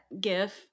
gif